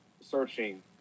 searching